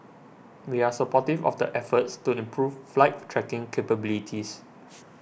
we are supportive of the efforts to improve flight tracking capabilities